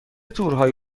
تورهای